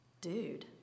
Dude